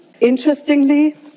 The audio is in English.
Interestingly